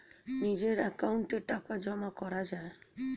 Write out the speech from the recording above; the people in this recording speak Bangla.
নিজের অ্যাকাউন্টে টাকা জমা করা যায়